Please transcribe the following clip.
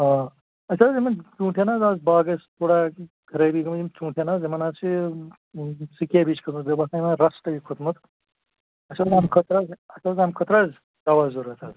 آ اَسہِ حظ یِمَن ژوٗنٛٹھٮ۪ن حظ اَز باغَس تھوڑا خرٲبی گٔمٕژ یِم ژوٗنٹھٮ۪ن حظ یِمَن حظ چھِ یہِ سٕکیب ہِش کھٔژمٕژ بیٚیہِ باسان یِہوے رَسٹ ہیوٗ کھوٚتمُت اَسہِ اوس اَمہِ خٲطرٕ حظ اَسہِ اوس اَمہِ خٲطرٕ حظ دَوا ضوٚرَتھ حظ